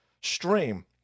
stream